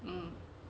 mm